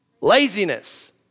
Laziness